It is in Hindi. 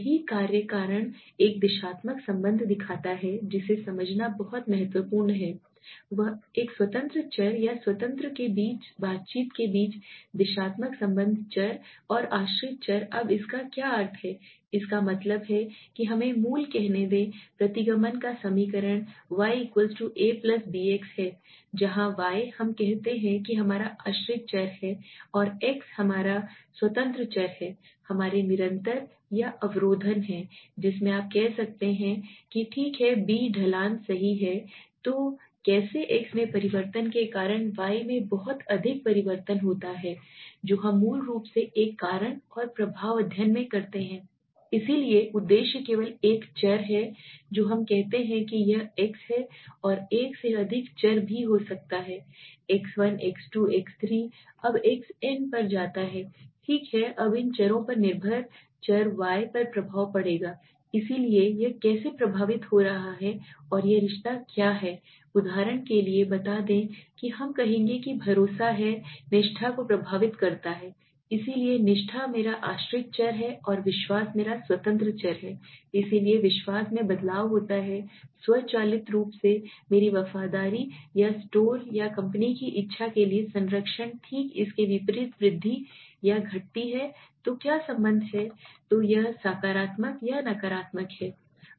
सही कार्य कारण एक दिशात्मक संबंध दिखाता है जिसे समझना बहुत महत्वपूर्ण है एक स्वतंत्र चर या स्वतंत्र के बीच बातचीत के बीच दिशात्मक संबंध चर और आश्रित चर अब इसका क्या अर्थ है इसका मतलब है कि हमें मूल कहने दें प्रतिगमन का समीकरण y a bx है जहां y हम कहते हैं कि हमारा आश्रित चर है x हमारा है स्वतंत्र चर हमारे निरंतर या अवरोधन है जिसे आप कह सकते हैं कि ठीक है b ढलान सही है तो कैसे x में परिवर्तन के कारण y में बहुत अधिक परिवर्तन होता है जो हम मूल रूप से एक कारण और प्रभाव अध्ययन में करते हैं इसलिए उद्देश्य केवल एक चर है जो हम कहते हैं कि यह x है एक से अधिक चर भी हो सकता है X1 x2 x3 अब xn पर जाता है ठीक है अब इन चरों पर निर्भर चर y पर प्रभाव पड़ेगा इसलिए यह कैसे प्रभावित हो रहा है और यह रिश्ता क्या है उदाहरण के लिए बता दें कि हम कहेंगे कि भरोसा है निष्ठा को प्रभावित करता है इसलिए निष्ठा मेरा आश्रित चर है और विश्वास मेरा स्वतंत्र चर है इसलिए विश्वास में बदलाव होता है स्वचालित रूप से मेरी वफादारी या स्टोर या कंपनी की इच्छा के लिए संरक्षण ठीक इसके विपरीत वृद्धि या घटती है तो क्या संबंध है तो यह सकारात्मक या नकारात्मक है ठीक है